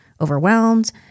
overwhelmed